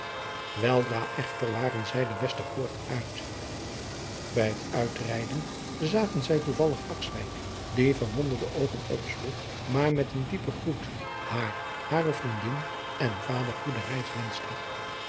weldra echter waren zij de westerpoort uit bij het uitrijden zagen zij toevallig akswijk die verwonderde oogen opsloeg maar met een diepen groet haar hare vriendin en vader goede reis wenschte